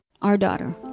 our daughter.